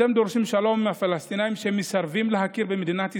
אתם דורשים שלום עם הפלסטינים שמסרבים להכיר במדינת ישראל,